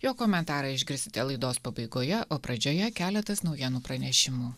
jo komentarą išgirsite laidos pabaigoje o pradžioje keletas naujienų pranešimų